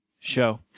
show